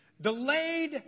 Delayed